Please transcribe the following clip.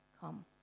come